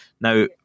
Now